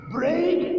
Break